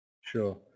sure